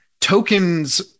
Token's